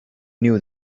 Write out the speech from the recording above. knew